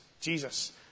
Jesus